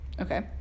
Okay